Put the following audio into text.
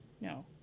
No